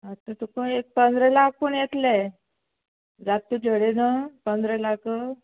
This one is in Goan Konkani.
आतां तुका एक पंदरा लाख पूण येतलें जाता तुजे कडेन पंदरा लाख